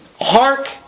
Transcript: Hark